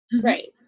Right